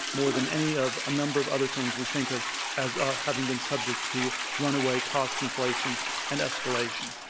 more than any of a number of other things we think of as having been subject to runaway cost inflation and escalation.